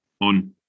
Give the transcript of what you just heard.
on